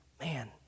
man